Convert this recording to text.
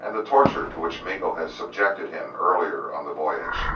and the torture to which miko had subjected him earlier on the voyage.